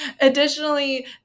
additionally